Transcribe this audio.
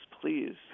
please